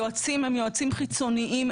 היועצים הם יועצים חיצוניים,